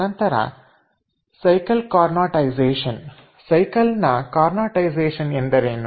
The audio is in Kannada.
ನಂತರ ಸೈಕಲ್ ಕಾರ್ನಾಟೈಸೇಶನ್ ಸೈಕಲ್ ನ ಕಾರ್ನಾಟೈಸೇಶನ್ ಎಂದರೇನು